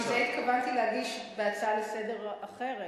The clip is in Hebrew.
כי את זה התכוונתי להגיש בהצעה אחרת לסדר-היום.